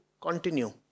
continue